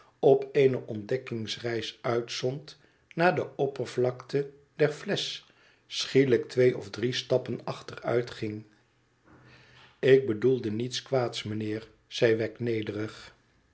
op eene ontdekkingsreis uitzond naar de oppervlakte der flesch schielijk twee of drie stappen achteruitging ik bedoelde niets kwaads mijnheer zei